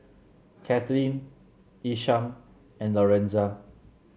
Kathlene Isham and Lorenza